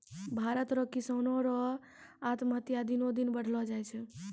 भारत रो किसानो रो आत्महत्या दिनो दिन बढ़लो जाय छै